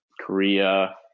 Korea